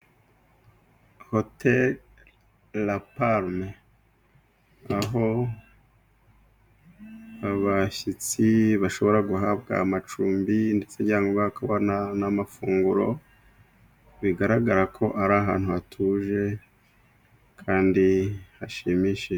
Hoteri Laparume n iaho abashyitsi bashobora guhabwa amacumbi ndetse byaba ngombwa hakaba n'amafunguro, bigaragara ko ari ahantu hatuje kandi hashimishije.